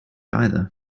either